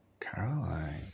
Caroline